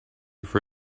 for